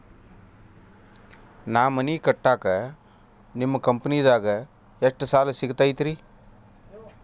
ನಾ ಮನಿ ಕಟ್ಟಾಕ ನಿಮ್ಮ ಕಂಪನಿದಾಗ ಎಷ್ಟ ಸಾಲ ಸಿಗತೈತ್ರಿ?